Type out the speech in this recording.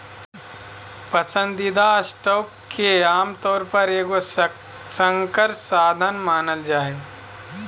पसंदीदा स्टॉक के आमतौर पर एगो संकर साधन मानल जा हइ